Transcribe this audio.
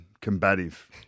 combative